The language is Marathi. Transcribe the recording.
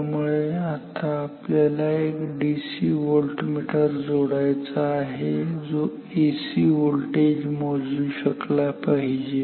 त्यामुळे आता आपल्याला एक डीसी व्होल्टमीटर जोडायचा आहे जो एसी व्होल्टेज मोजू शकला पाहिजे